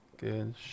Good